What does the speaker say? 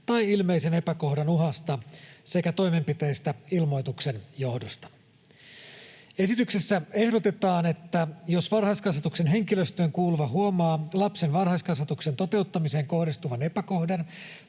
tai ilmeisen epäkohdan uhasta sekä toimenpiteistä ilmoituksen johdosta. Esityksessä ehdotetaan, että jos varhaiskasvatuksen henkilöstöön kuuluva huomaa lapsen varhaiskasvatuksen toteuttamiseen kohdistuvan epäkohdan